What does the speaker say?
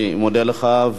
אני מודה לך.